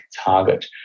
target